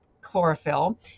chlorophyll